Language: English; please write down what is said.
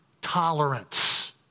tolerance